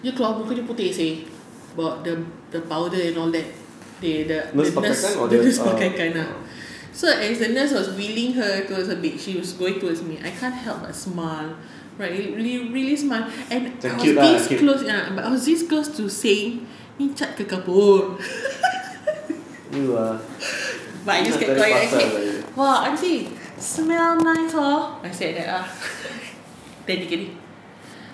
dia keluar muka dia putih seh about the the powder and all that they the nurse the nurse pakaikan ah so the nurse was bringing her towards her bed she was going towards me I can't help but smile right I really really smile and I was this close but I was this close to saying ini cat ke kapur but I just kept quiet I say !wah! aunty smells nice hor I said that ah technically